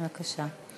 בבקשה.